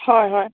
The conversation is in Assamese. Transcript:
হয় হয়